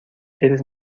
eres